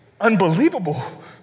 unbelievable